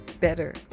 better